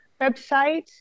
website